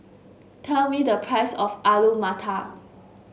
tell me the price of Alu Matar